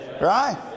right